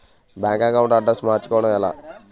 Bank account address మార్చుకోవడం ఎలా?